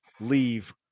leave